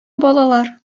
балалар